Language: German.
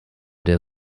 der